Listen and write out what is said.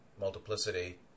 multiplicity